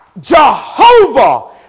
Jehovah